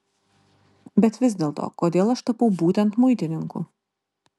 bet vis dėlto kodėl aš tapau būtent muitininku